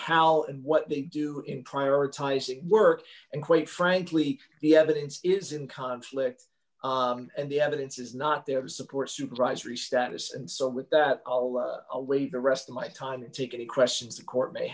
how and what they do in prioritizing work and quite frankly the evidence is in conflict and the evidence is not there to support supervisory status and so with that all away the rest of my time to take any questions the court may